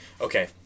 Okay